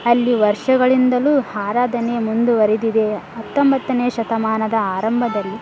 ಅಲ್ಲಿ ವರ್ಷಗಳಿಂದಲೂ ಆರಾಧನೆ ಮುಂದುವರೆದಿದೆ ಹತ್ತೊಂಬತ್ತನೇ ಶತಮಾನದ ಆರಂಭದಲ್ಲಿ